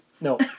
No